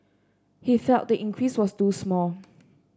he felt the increase was too small